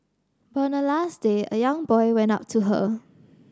but on the last day a young boy went up to her